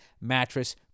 mattress